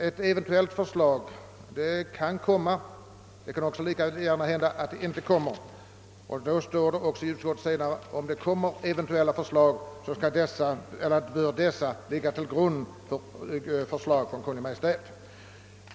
Ett eventuellt förslag kan komma, men det kan lika gärna hända att det inte kommer. I utskottsutlåtandet står att eventuella förslag skall ligga till grund för hänvändelse till Kungl. Maj:t.